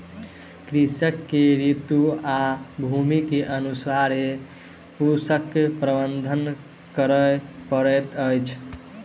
कृषक के ऋतू आ भूमि के अनुसारे पोषक प्रबंधन करअ पड़ैत अछि